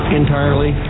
entirely